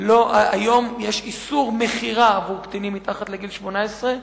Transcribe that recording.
היום יש איסור מכירה לקטינים מתחת לגיל 18,